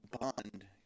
Bond